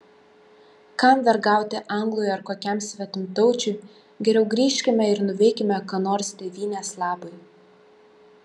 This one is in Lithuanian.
kam vergauti anglui ar kokiam svetimtaučiui geriau grįžkime ir nuveikime ką nors tėvynės labui